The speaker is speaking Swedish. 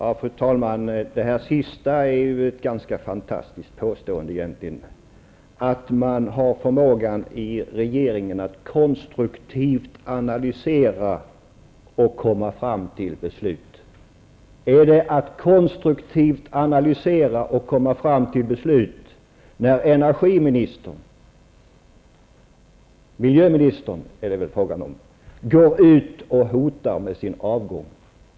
Fru talman! Det sista som Ivar Franzén sade är ett ganska fantastiskt påstående -- att man i regeringen har förmågan att konstruktivt analysera och komma fram till beslut. Är det att konstruktivt analysera och komma fram till beslut när miljöministern går ut och hotar med sin avgång?